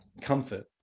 comfort